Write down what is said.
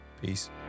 Peace